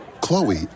Chloe